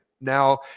now